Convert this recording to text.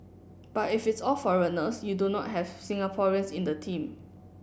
but if it's all foreigners you do not have Singaporeans in the team